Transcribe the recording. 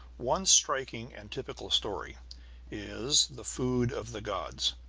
one striking and typical story is the food of the gods.